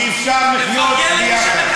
שאפשר לחיות ביחד.